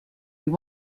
you